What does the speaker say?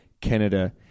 Canada